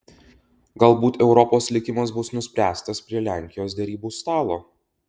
galbūt europos likimas bus nuspręstas prie lenkijos derybų stalo